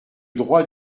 droit